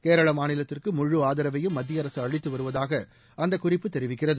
கேரள மாநிலத்திற்கு முழு ஆதரவையும் மத்திய அரசு அளித்து வருவதாக அந்த குறிப்பு தெரிவிக்கிறது